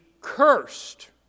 cursed